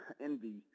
envy